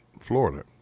Florida